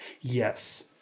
Yes